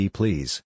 please